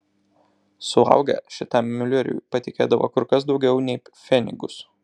suaugę šitam miuleriui patikėdavo kur kas daugiau nei pfenigus